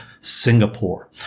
Singapore